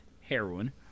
heroin